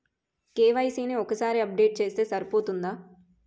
KYC ని ఒక్కసారి update చేస్తే సరిపోతుందా?